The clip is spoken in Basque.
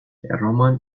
erroman